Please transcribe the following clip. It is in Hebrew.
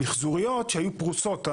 המחזוריות שהיו פרוסות,